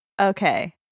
Okay